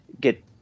get